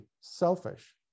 selfish